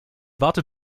wartet